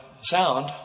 sound